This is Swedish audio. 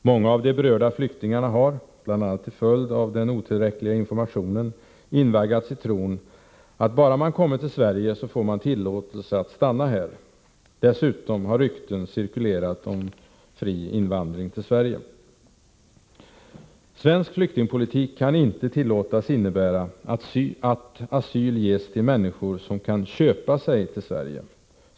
Många av de berörda flyktingarna har — bl.a. till följd av den otillräckliga informationen — invaggats i tron att bara man kommit till Sverige, så får man tillåtelse att stanna här. Dessutom har rykten cirkulerat om fri invandring till Sverige. Svensk flyktingpolitik kan inte tillåtas innebära att asyl ges till människor som kan köpa sig till Sverige.